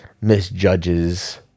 misjudges